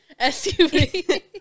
SUV